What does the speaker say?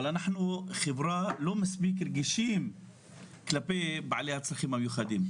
אבל אנחנו חברה לא מספיק רגישה כלפי בעלי הצרכים המיוחדים.